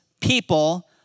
people